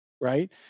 right